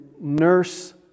nurse